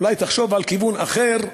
אולי תחשוב על כיוון אחר,